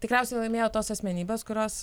tikriausiai laimėjo tos asmenybės kurios